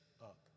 up